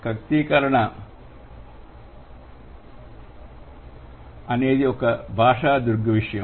కర్తీకరణ అనేది ఒక భాషా దృగ్విషయం